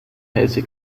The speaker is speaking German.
heiße